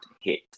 hit